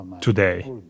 today